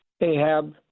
Ahab